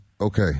okay